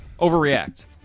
Overreact